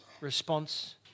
response